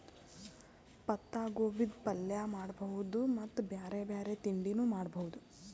ಪತ್ತಾಗೋಬಿದ್ ಪಲ್ಯ ಮಾಡಬಹುದ್ ಮತ್ತ್ ಬ್ಯಾರೆ ಬ್ಯಾರೆ ತಿಂಡಿನೂ ಮಾಡಬಹುದ್